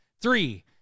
three